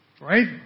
Right